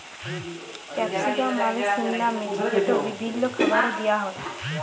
capsicum মালে সিমলা মির্চ যেট বিভিল্ল্য খাবারে দিঁয়া হ্যয়